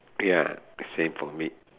ya same for me